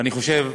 ואני חושב,